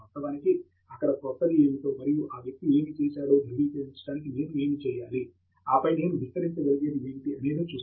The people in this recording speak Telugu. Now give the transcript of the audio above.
వాస్తవానికి అక్కడ క్రొత్తది ఏమిటో మరియు ఆ వ్యక్తి ఏమి చేశాడో ధృవీకరించడానికి నేను ఏమి చేయాలి ఆపై నేను విస్తరించగలిగేది ఏమిటి అనేదే చూస్తాము